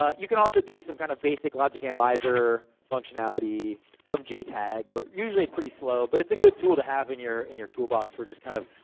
um you can also do some kind of basic logic analyzer functionality. some jtag. but, usually it's pretty slow. but, it's a good tool to have in your in your toolbox, for just kind of,